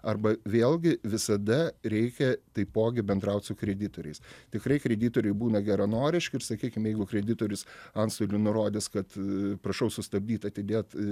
arba vėlgi visada reikia taipogi bendraut su kreditoriais tikrai kreditoriai būna geranoriški ir sakykim jeigu kreditorius antstoliui nurodys kad prašau sustabdyt atidėt